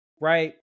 right